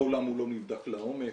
מעולם הוא לא נבדק לעומק.